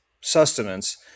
sustenance